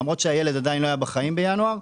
למרות שהילד לא היה בחיים בינואר,